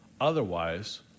Otherwise